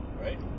Right